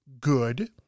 good